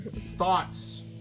Thoughts